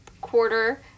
quarter